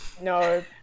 No